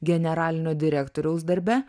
generalinio direktoriaus darbe